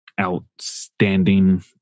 outstanding